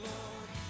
Lord